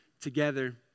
together